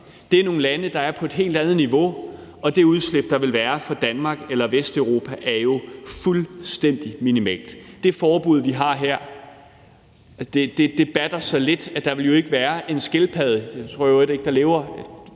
Det er nogle lande, der er på et helt andet niveau, og det udslip, der vil være fra Danmark eller Vesteuropa, er jo fuldstændig minimalt. Det forbud, vi har her, batter så lidt, at der jo ikke vil være en skildpadde – jeg tror i øvrigt, det er